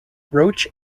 roach